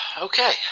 okay